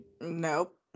Nope